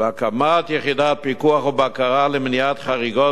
והקמת יחידת פיקוח ובקרה למניעת חריגות